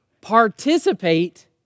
participate